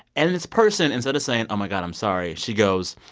and this person, instead of saying, oh, my god. i'm sorry. she goes,